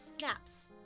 snaps